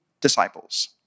disciples